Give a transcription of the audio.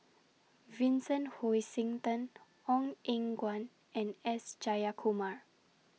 Vincent Hoisington Ong Eng Guan and S Jayakumar